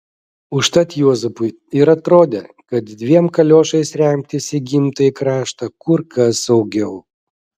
užtat juozapui ir atrodė kad dviem kaliošais remtis į gimtąjį kraštą kur kas saugiau